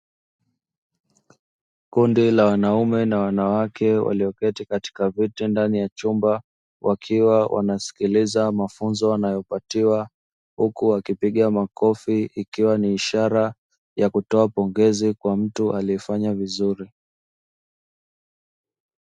Kundi la wanaume na wanawake walioketi katika viti ndani ya chumba, wakiwa wanasikiliza mafunzo wanayopatiwa huku wakipiga makofi, ikiwa ni ishara ya kutoa pongezi kwa mtu aliyefanya vizuri.